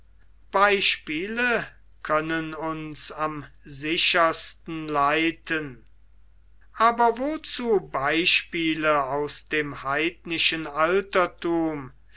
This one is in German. beispiele können uns am sichersten leiten aber wozu beispiele aus dem heidnischen alterthum